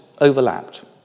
overlapped